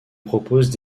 proposent